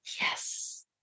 Yes